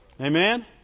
Amen